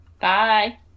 bye